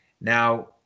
Now